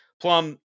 Plum